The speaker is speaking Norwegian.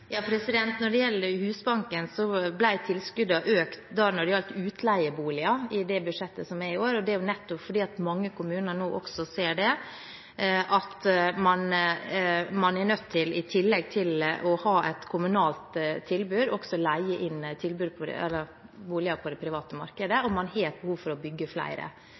Når det gjelder Husbanken, ble tilskuddene til utleieboliger økt i budsjettet for i år, og det er nettopp fordi mange kommuner nå ser at man er nødt til, i tillegg til å ha et kommunalt tilbud, også å leie boliger på det private markedet. Man har et behov for å bygge flere,